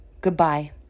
Goodbye